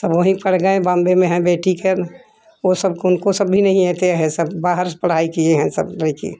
सब वही पढ़ गये बॉम्बे में हैं वे ठीक हैं वह सबको उनकों सब भी नहीं इतें हैं सब बाहर पढ़ाई किये हैं सब लईकी